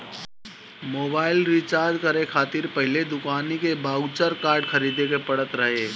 mobile recharge करे खातिर पहिले दुकानी के बाउचर कार्ड खरीदे के पड़त रहे